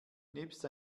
nebst